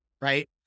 right